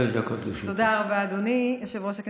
תודה רבה, אדוני יושב-ראש הישיבה.